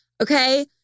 Okay